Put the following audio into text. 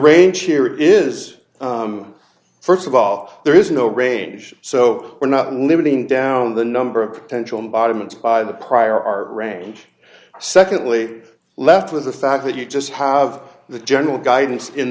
range here is first of all there is no range so we're not limiting down the number of potential bottom it's by the prior our range secondly left with the fact that you just have the general guidance in